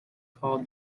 called